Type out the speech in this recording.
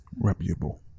Reputable